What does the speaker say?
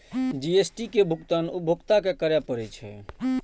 GST के भुगतान उपभोक्ता कें करय पड़ै छै